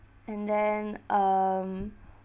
and then um